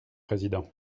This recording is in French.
président